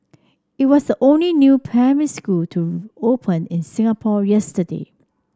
it was the only new primary school to open in Singapore yesterday